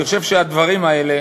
אני חושב שהדברים האלה,